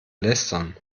lästern